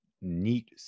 neat